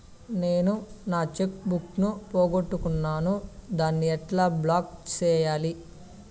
నేను నా cheque book ను పోగొట్టుకున్నాను దాన్ని ఎట్లా బ్లాక్ సేయాలి?